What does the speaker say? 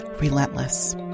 Relentless